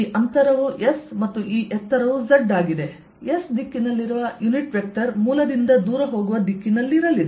S ದಿಕ್ಕಿನಲ್ಲಿರುವ unit vector ಮೂಲದಿಂದ ದೂರ ಹೋಗುವ ದಿಕ್ಕಿನಲ್ಲಿರಲಿದೆ